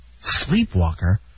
Sleepwalker